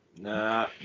nah